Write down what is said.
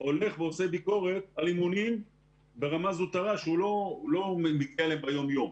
הולך ועושה ביקורת על אימונים ברמה זוטרה שהוא לא מגיע אליהם ביום יום.